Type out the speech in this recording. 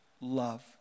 love